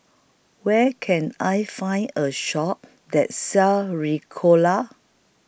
Where Can I Find A Shop that sells Ricola